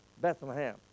Bethlehem